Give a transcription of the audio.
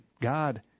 God